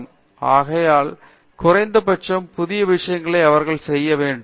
பேராசிரியர் பிரதாப் ஹரிதாஸ் ஆகையால் குறைந்த பட்சம் புதிய விஷயங்களை அவர்கள் செய்ய வேண்டும்